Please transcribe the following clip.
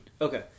okay